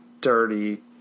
dirty